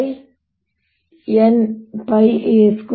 ಆದ್ದರಿಂದ ಶಕ್ತಿಯು ಪ್ರತಿ ಯೂನಿಟ್ ಉದ್ದದಲ್ಲಿ ಹರಿಯುತ್ತದೆ ಈ ಹರಿವು ಯೂನಿಟ್ ಉದ್ದದ S